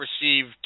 received –